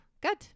Good